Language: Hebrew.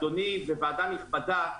אדוני וועדה נכבדה,